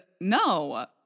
no